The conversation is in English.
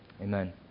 Amen